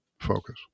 focus